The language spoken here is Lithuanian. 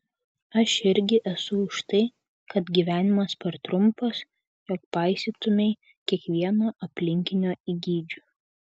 aš irgi esu už tai kad gyvenimas per trumpas jog paisytumei kiekvieno aplinkinio įgeidžių